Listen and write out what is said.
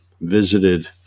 visited